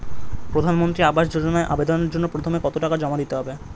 প্রধানমন্ত্রী আবাস যোজনায় আবেদনের জন্য প্রথমে কত টাকা জমা দিতে হবে?